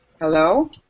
Hello